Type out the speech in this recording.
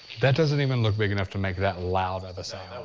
that doesn't even look big enough to make that loud of a sound.